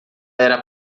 era